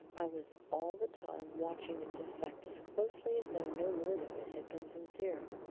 i was all the time watching its effect as closely as though no word of it had been sincere.